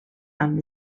amb